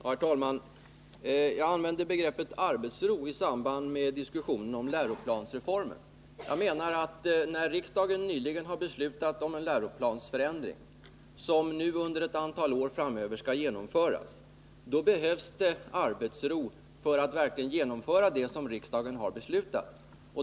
Herr talman! Jag använde begreppet arbetsro i samband med diskussionen om läroplansreformen. Jag menar, att när riksdagen nyligen har beslutat om en läroplansförändring, som under ett antal år framöver skall genomföras, så behövs det arbetsro för att verkligen genomföra det som riksdagen har beslutat.